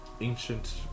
ancient